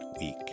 week